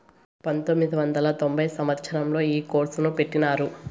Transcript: పంతొమ్మిది వందల తొంభై సంవచ్చరంలో ఈ కోర్సును పెట్టినారు